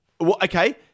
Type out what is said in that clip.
Okay